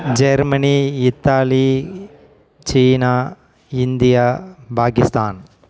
Germany Italy சீனா India Pakistan